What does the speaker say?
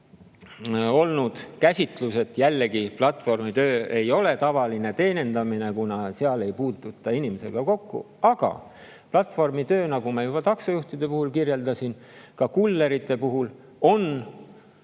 siin olnud käsitlus, et platvormitöö ei ole tavaline teenindamine, kuna seal ei puututa inimesega kokku. Aga platvormitöö, nagu ma juba taksojuhtide puhul kirjeldasin, ka kullerite puhul, on